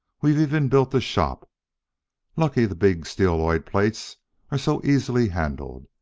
we've even built the shop lucky the big steeloid plates are so easily handled.